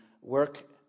work